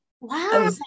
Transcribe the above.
Wow